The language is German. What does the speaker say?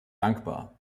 dankbar